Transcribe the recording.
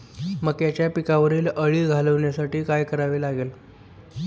मक्याच्या पिकावरील अळी घालवण्यासाठी काय करावे लागेल?